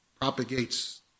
Propagates